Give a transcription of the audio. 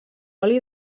oli